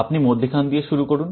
আপনি মধ্যেখান দিয়ে শুরু করুন